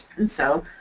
and so